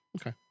Okay